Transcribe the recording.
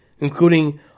including